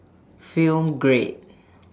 Film Grade